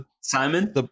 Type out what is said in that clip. Simon